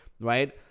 right